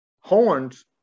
horns